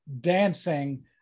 dancing